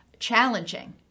challenging